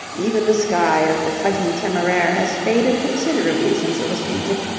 even the sky of the fighting temeraire has faded considerably since it was painted,